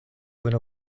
unu